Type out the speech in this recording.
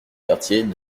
quartiers